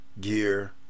gear